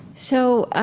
so,